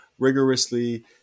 Rigorously